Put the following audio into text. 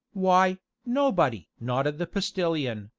why, nobody! nodded the postilion,